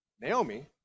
Naomi